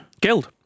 Guild